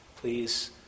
Please